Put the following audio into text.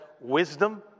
Wisdom